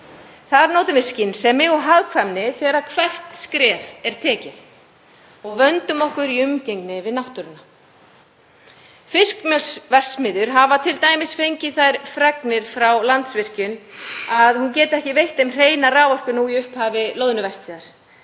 Þar notum við skynsemi og hagkvæmni þegar hvert skref er tekið. Vöndum okkur í umgengni við náttúruna. Fiskimjölsverksmiðjur hafa t.d. fengið þær fregnir frá Landsvirkjun að hún geti ekki veitt þeim hreina raforku nú í upphafi loðnuvertíðar.